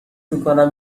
میکنم